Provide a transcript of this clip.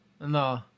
no